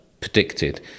predicted